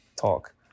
talk